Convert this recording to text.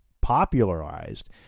popularized